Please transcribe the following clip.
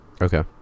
Okay